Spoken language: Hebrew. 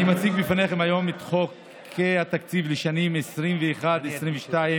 אני מציג בפניכם היום את חוקי התקציב לשנים 2021 ו-2022,